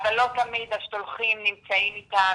אבל לא תמיד השולחים נמצאים איתם.